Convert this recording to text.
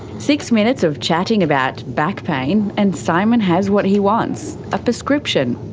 six minutes of chatting about back pain and simon has what he wants, a prescription.